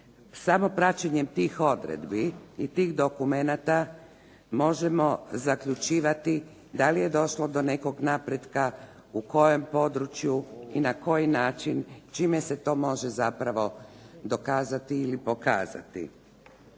Samo praćenjem tih odredbi i tih dokumenata možemo zaključivati da li je došlo do nekog napretka, u kojem području i na koji način, čime se to može zapravo dokazati ili pokazati.